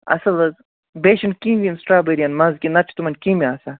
اصل حظ بیٚیہِ چھِنہٕ کیٚمۍ ویٚمۍ سٹرابٔرین منٛز کیٚنہہ نَتہٕ چھِ تِمن کیٚمۍ آسان